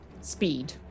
speed